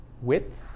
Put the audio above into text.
width